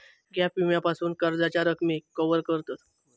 gap विम्यासून कर्जाच्या रकमेक कवर करतत